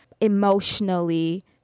emotionally